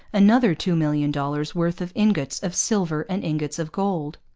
another two million dollars' worth of ingots of silver and ingots of gold.